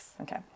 okay